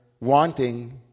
wanting